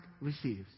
receives